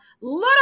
Little